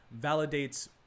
validates